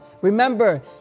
Remember